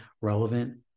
relevant